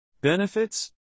Benefits